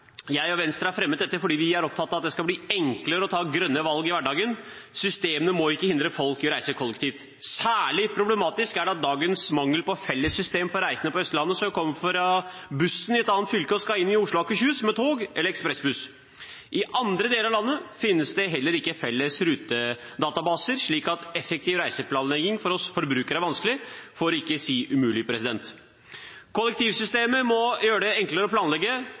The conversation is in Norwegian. på veiene. Venstre og jeg har fremmet dette fordi vi er opptatt av at det skal bli enklere å ta grønne valg i hverdagen. Systemene må ikke hindre folk i å reise kollektivt. Særlig problematisk er dagens mangel på et felles system for reisende på Østlandet som kommer fra et annet fylke og skal inn til Oslo og Akershus med tog eller ekspressbuss. I andre deler av landet finnes det heller ikke felles rutedatabaser, slik at effektiv reiseplanlegging for oss forbrukere er vanskelig, for ikke å si umulig. Kollektivsystemet må gjøre det enklere å planlegge,